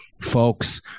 folks